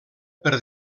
per